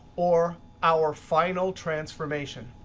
or our final transformation.